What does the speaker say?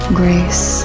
grace